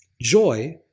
joy